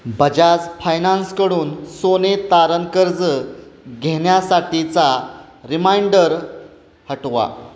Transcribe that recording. बजाज फायनान्सकडून सोने तारण कर्ज घेण्यासाठीचा रिमाइंडर हटवा